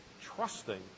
trusting